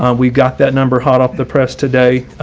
ah we've got that number hot off the press today.